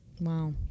Wow